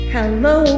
Hello